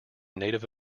native